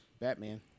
Batman